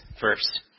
first